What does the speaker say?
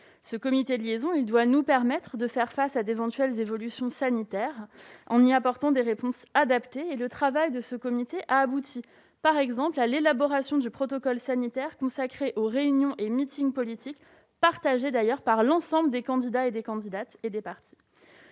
Ce comité de liaison doit nous permettre de faire face aux éventuelles évolutions sanitaires, en y apportant des réponses adaptées. Le travail de ce comité a ainsi abouti à l'élaboration d'un protocole sanitaire consacré aux réunions et meetings politiques, partagé par l'ensemble des candidats et partis.